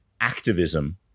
Activism